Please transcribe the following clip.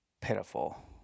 pitiful